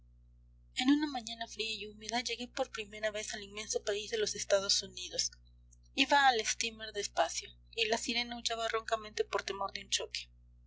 en una mañana fría y húmeda llegué por primera vez al inmenso país de los estados unidos iba el steamer despacio y la sirena aullaba roncamente por temor de un choque